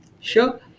Sure